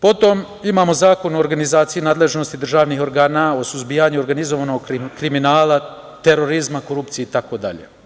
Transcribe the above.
Potom, imamo Zakon o organizaciji nadležnosti državnih organa u suzbijanju organizovanog kriminala, terorizma, korupcije, itd.